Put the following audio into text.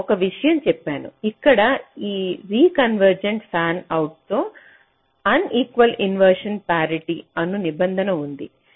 నేను ఒక విషయం చెప్పాను ఇక్కడ అ రికన్వెర్జెంట్ ఫ్యాన్ అవుట్ తో ఆన్ఈక్వల్ ఇన్వెర్షన్ పారి టీ అను నిబంధన ఉంది